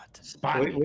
Spot